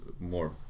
more